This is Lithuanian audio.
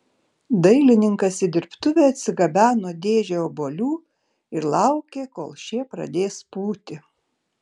dailininkas į dirbtuvę atsigabeno dėžę obuolių ir laukė kol šie pradės pūti